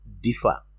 differ